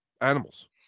animals